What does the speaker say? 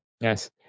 Yes